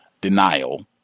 denial